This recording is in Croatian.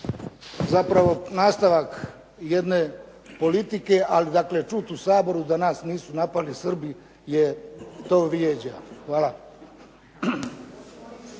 zapravo nastavak jedne politike. Ali dakle čuti u Saboru da nas nisu napali Srbi je, to vrijeđa. Hvala.